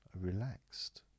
relaxed